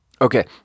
Okay